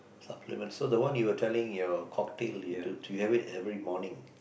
supplement so the one you are telling your cocktail you do do you have it every morning